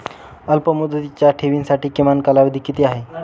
अल्पमुदतीच्या ठेवींसाठी किमान कालावधी किती आहे?